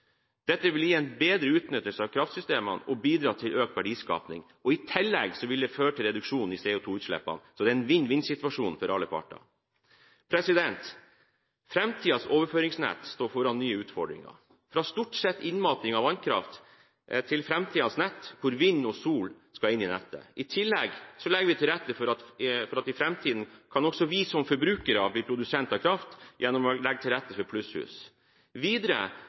Dette vil gi en bedre utnyttelse av kraftsystemene og bidra til økt verdiskaping. I tillegg vil det føre til reduksjon i CO2-utslippene, så det er en vinn-vinn-situasjon for alle parter. Framtidens overføringsnett står foran nye utfordringer, fra stort sett innmating av vannkraft til framtidens nett hvor vind- og solkraft skal inn i nettet. I tillegg legger vi til rette for at vi i framtiden som forbrukere også kan bli produsenter av kraft gjennom å legge til rette for plusshus. Videre